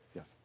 Yes